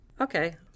Okay